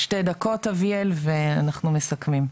שתי דקות אביאל ואנחנו מסכמים.